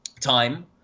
time